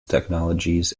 technologies